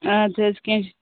آدٕ حظ کیٚنٛہہ چھُ